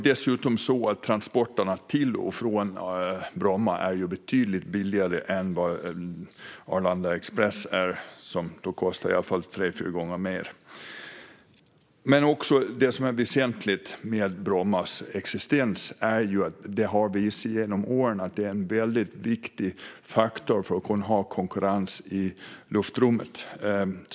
Dessutom är transporterna till och från Bromma betydligt billigare än Arlanda Express, som kostar tre fyra gånger mer. Vad som också är väsentligt med Brommas existens är att det genom åren har visat sig vara en väldigt viktig faktor för att kunna ha konkurrens i luftrummet.